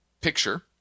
picture